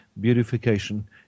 beautification